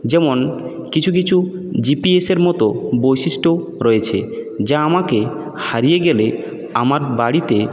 যেমন কিছু কিছু জি পি এসের মতো বৈশিষ্ট্য রয়েছে যা আমাকে হারিয়ে গেলে আমার বাড়িতে